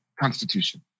Constitution